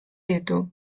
ditu